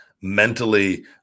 mentally